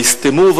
"וישטמֻהו",